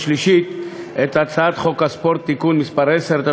שלישית את הצעת חוק הספורט (תיקון מס' 10),